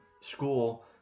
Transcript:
school